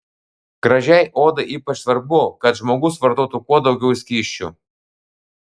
gražiai odai ypač svarbu kad žmogus vartotų kuo daugiau skysčių